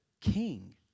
king